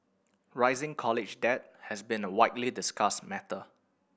rising college debt has been a widely discussed matter